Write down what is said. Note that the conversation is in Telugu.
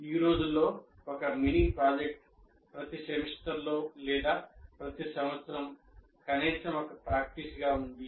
ఈ రోజుల్లో ఒక మినీ ప్రాజెక్ట్ ప్రతి సెమిస్టర్లో లేదా ప్రతి సంవత్సరం కనీసం ఒక ప్రాక్టీస్గా ఉంది